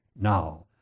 now